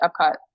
Epcot